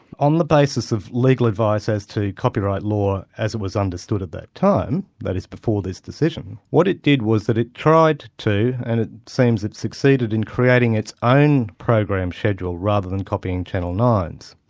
on the basis of legal advice as to copyright law as it was understood at that time, that is, before this decision, what it did was that it tried to, and it seems it succeeded, in creating its own program schedule, rather than copying channel nine s.